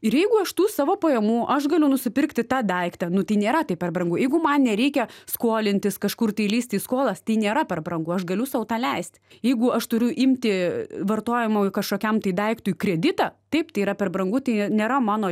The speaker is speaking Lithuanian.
ir jeigu aš tų savo pajamų aš galiu nusipirkti tą daiktą nu tai nėra tai per brangu jeigu man nereikia skolintis kažkur tai lysti į skolas tai nėra per brangu aš galiu sau tą leist jeigu aš turiu imti vartojimui kažkokiam daiktui kreditą taip tai yra per brangu tai nėra mano